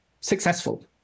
successful